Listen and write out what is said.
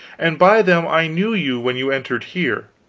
and by them i knew you when you entered here.